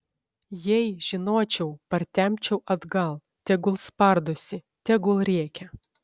jei žinočiau partempčiau atgal tegul spardosi tegul rėkia